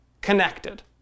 connected